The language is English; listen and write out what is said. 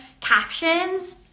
captions